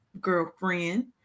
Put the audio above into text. girlfriend